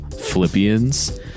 philippians